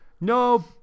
No